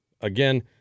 Again